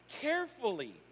carefully